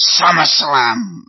SummerSlam